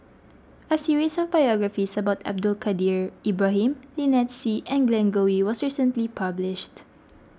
a series of biographies about Abdul Kadir Ibrahim Lynnette Seah and Glen Goei was recently published